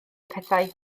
pethau